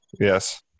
yes